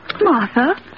Martha